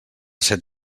set